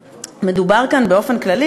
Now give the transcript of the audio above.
מדובר כאן באופן כללי,